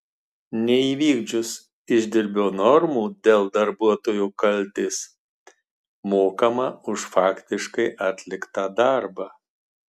neįvykdžius išdirbio normų dėl darbuotojo kaltės mokama už faktiškai atliktą darbą